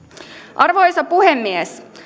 arvoisa puhemies